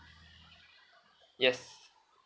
yes